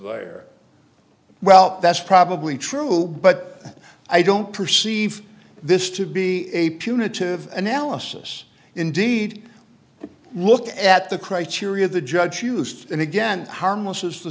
or well that's probably true but i don't perceive this to be a punitive analysis indeed look at the criteria the judge used and again harmless is the